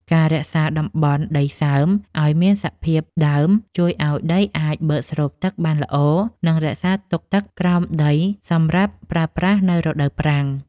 ការរក្សាតំបន់ដីសើមឱ្យមានសភាពដើមជួយឱ្យដីអាចបឺតស្រូបទឹកបានល្អ និងរក្សាទុកទឹកក្រោមដីសម្រាប់ប្រើប្រាស់នៅរដូវប្រាំង។